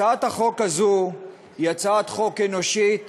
הצעת החוק הזאת היא הצעת חוק אנושית,